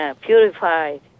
purified